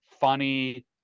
funny